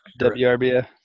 WRBF